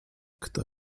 kto